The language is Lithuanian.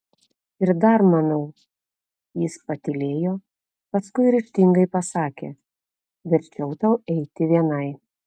ir dar manau jis patylėjo paskui ryžtingai pasakė verčiau tau eiti vienai